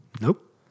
Nope